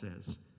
says